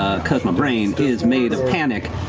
ah because my brain is made of panic.